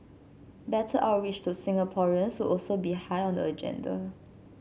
better outreach to Singaporeans also be high on the agenda